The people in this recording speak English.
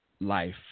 life